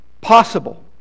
possible